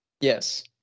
Yes